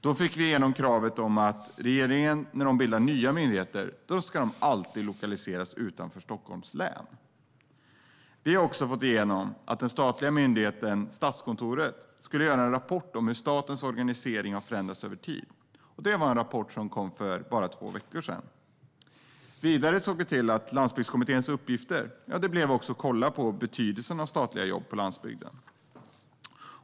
Då fick vi igenom kravet att när regeringen bildar nya myndigheter ska de alltid lokaliseras utanför Stockholms län. Vi har också fått igenom att den statliga myndigheten Statskontoret skulle göra en rapport om hur statens organisering har förändrats över tid. Det var en rapport som kom för bara två veckor sedan. Vidare såg vi till att Landsbygdskommitténs uppgift blev att kolla betydelsen av statliga jobb på landsbygden.